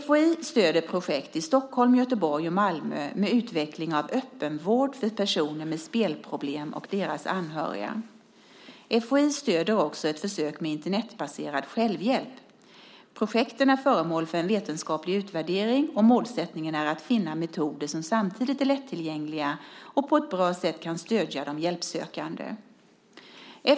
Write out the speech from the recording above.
FHI stöder projekt i Stockholm, Göteborg och Malmö med utveckling av öppenvård för personer med spelproblem och deras anhöriga. FHI stöder också ett försök med Internetbaserad självhjälp. Projekten är föremål för en vetenskaplig utvärdering, och målsättningen är att finna metoder som samtidigt är lättillgängliga och på ett bra sätt kan stödja de hjälpsökande.